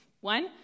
One